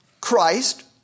Christ